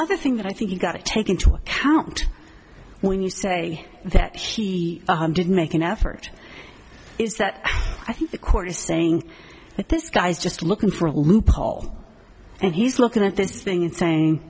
other thing that i think you got to take into account when you say that he did make an effort is that i think the court is saying that this guy's just looking for a loophole and he's looking at this thing and saying